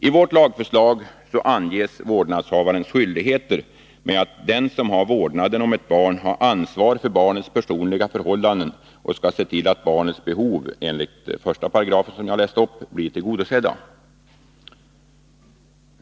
I vårt lagförslag anges vårdnadshavares skyldigheter med att den som har vårdnaden om ett barn har ansvar för barnets personliga förhållanden och skall se till, att barnets behov enligt 1§, som jag läste upp, blir tillgodosedda.